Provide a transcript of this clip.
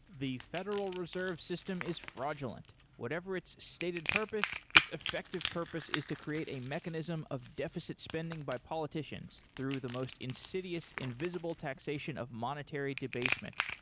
the federal reserve system is fraudulent. whatever its stated purpose, its effective purpose is to create a mechanism of deficit spending by politicians through the most insidious invisible taxation of monetary debasement,